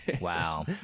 Wow